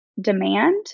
demand